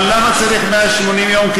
אבל למה צריך 180 יום,